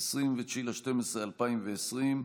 29 בדצמבר 2020,